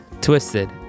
Twisted